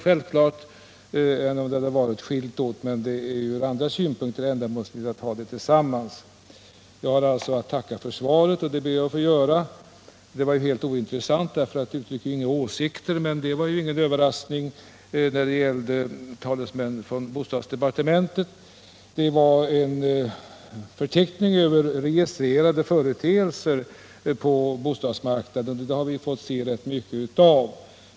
Självfallet hade det varit bättre om man skilt på det hela, men från andra synpunkter är det fördelaktigare med en gemensam behandling. Jag har alltså att tacka för svaret, vilket jag ber att få göra. Svaret är emellertid helt ointressant, eftersom det inte innehåller några åsikter. Det var i och för sig inte någon överraskning, då det ju gäller talesmän för bostadsdepartementet. Det var bara en förteckning över registrerade företeelser på bostadsmarknaden, men det har vi redan sett rätt mycket av.